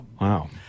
wow